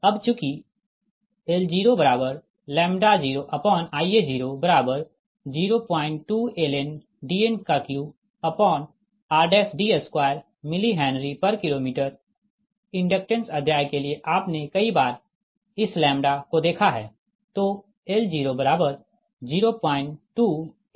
अब चूँकि L00Ia002 ln Dn3rD2 mHKm inductance अध्याय के लिए आपने कई बार इस लैम्ब्डा को देखा है